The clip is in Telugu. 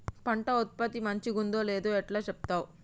పంట ఉత్పత్తి మంచిగుందో లేదో ఎట్లా చెప్తవ్?